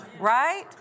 Right